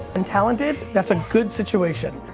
and talented, that's a good situation.